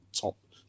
top